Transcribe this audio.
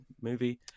movie